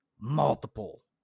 multiple